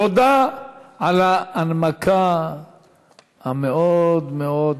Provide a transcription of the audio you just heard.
תודה על ההנמקה המקיפה מאוד מאוד